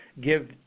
give